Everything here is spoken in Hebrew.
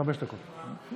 חמש דקות לרשותך.